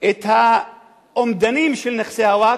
את האומדנים של נכסי הווקף,